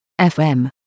FM